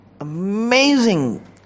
amazing